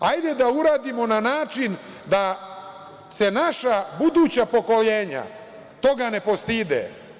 Hajde da uradimo na način da se naša buduća pokoljenja toga ne postide.